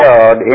God